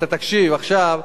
תקשיב עכשיו,